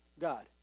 God